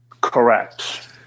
Correct